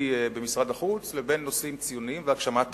במשרד החוץ לבין נושאים ציוניים והגשמת